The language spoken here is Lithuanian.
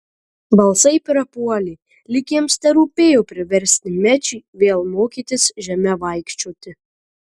balsai prapuolė lyg jiems terūpėjo priversti mečį vėl mokytis žeme vaikščioti